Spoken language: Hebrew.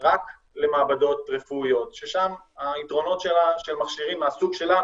במעבדות רפואיות ששם יתרונות של מכשירים מהסוג שלנו,